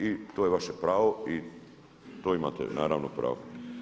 I to je vaše pravo i to imate naravno pravo.